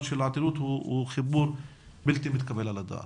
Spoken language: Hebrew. להתעללות הוא חיבור בלתי מתקבל על הדעת.